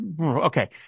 okay